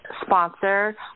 sponsor